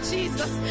Jesus